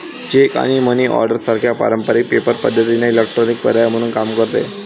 check आणि money order सारख्या पारंपारिक पेपर पद्धतींना इलेक्ट्रॉनिक पर्याय म्हणून काम करते